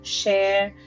share